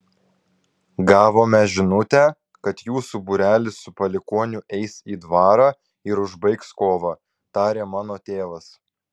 gavome žinutę kad jūsų būrelis su palikuoniu eis į dvarą ir užbaigs kovą tarė mano tėvas